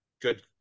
good